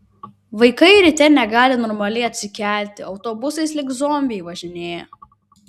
vaikai ryte negali normaliai atsikelti autobusais lyg zombiai važinėja